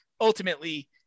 ultimately